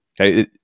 Okay